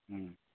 ꯎꯝ